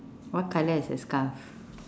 what colour is the scarf